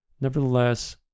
Nevertheless